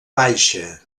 baixa